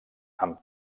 amb